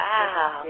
Wow